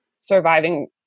surviving